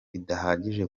bidahagije